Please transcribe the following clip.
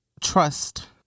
trust